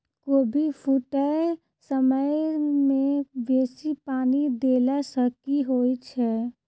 कोबी फूटै समय मे बेसी पानि देला सऽ की होइ छै?